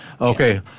Okay